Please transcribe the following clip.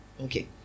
Okay